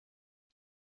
尼基